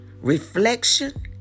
reflection